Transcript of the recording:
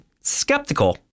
skeptical